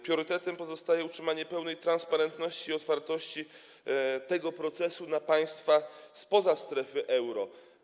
Priorytetem pozostaje utrzymanie pełnej transparentności i otwartości tego procesu na państwa spoza strefy euro.